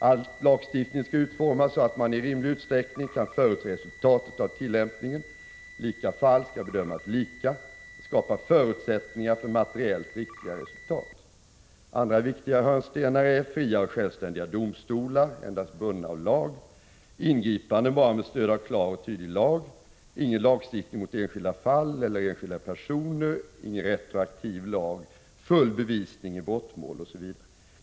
All lagstiftning skall utformas så, att man i rimlig utsträckning kan förutse resultatet av tillämpningen. Lika fall skall bedömas lika. Det skapar förutsättningar för materiellt riktiga resultat. Andra viktiga hörnstenar är fria och självständiga domstolar endast bundna av lag, ingripanden bara med stöd av klar och tydlig lag, ingen lagstiftning mot enskilda fall eller enskilda personer, ingen retroaktiv lag, full bevisning i brottmål, osv.